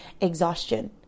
exhaustion